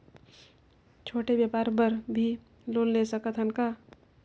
छोटे व्यापार बर भी लोन ले सकत हन का?